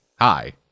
Hi